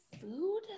food